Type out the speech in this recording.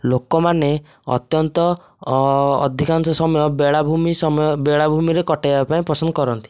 ଲୋକମାନେ ଅତ୍ୟନ୍ତ ଅଧିକାଂଶ ସମୟ ବେଳାଭୁମି ସମୟ ବେଳାଭୁମିରେ କଟେଇବା ପାଇଁ ପସନ୍ଦ କରନ୍ତି